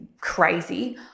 crazy